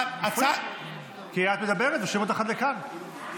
את מדברת ושומעים אותך עד לכאן.